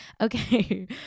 Okay